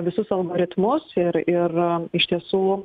visus algoritmus ir ir iš tiesų